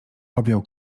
objął